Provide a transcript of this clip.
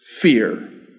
fear